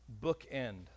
bookend